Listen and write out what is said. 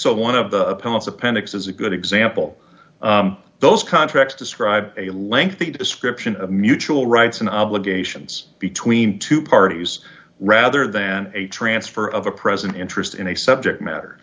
appendix is a good example those contracts describe a lengthy description of mutual rights and obligations between two parties rather than a transfer of a present interest in a subject matter